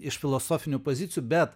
iš filosofinių pozicijų bet